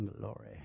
Glory